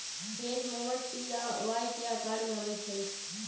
hedge mower T आ Y के अकार में अबई छई